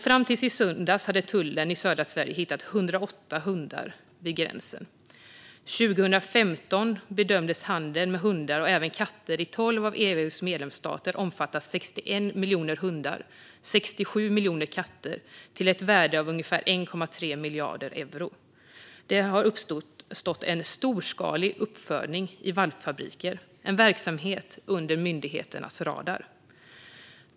Fram till i söndags hade tullen i södra Sverige hittat 108 hundar vid gränsen. År 2015 bedömdes handeln med hundar och även katter i tolv av EU:s medlemsstater omfatta 61 miljoner hundar och 67 miljoner katter till ett värde av ungefär 1,3 miljarder euro. Det har uppstått en storskalig uppfödning i valpfabriker, en verksamhet under myndigheternas radar.